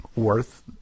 worth